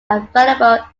available